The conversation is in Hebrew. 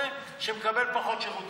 שמקבל פחות שירותים.